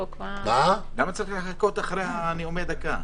למה צריך לחכות אחרי הנאומים בני דקה?